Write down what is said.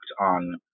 on